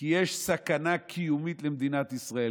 כי יש סכנה קיומית למדינת ישראל.